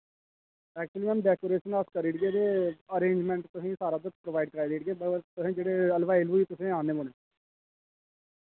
actually ma'am decoration अस करी ओड़गे ते अरेंजमैंट्स तुसें सारा कुछ प्रोवाइड कराई देई ओड़गे तुसें जेह्ड़े हलवाई हुलवूई तुसें आह्नने पौने